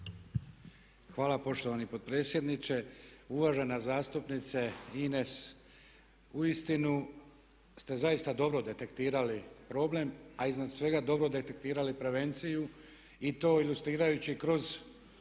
Hvala poštovani predsjedniče. Uvažena zastupnice Ines, uistinu ste zaista dobro detektirali problem, a iznad svega dobro detektirali prevenciju i to ilustrirajući kroz